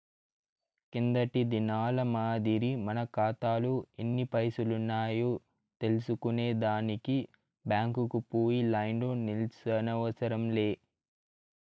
కిందటి దినాల మాదిరి మన కాతాలో ఎన్ని పైసలున్నాయో తెల్సుకునే దానికి బ్యాంకుకు పోయి లైన్లో నిల్సోనవసరం లే